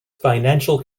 financial